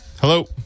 Hello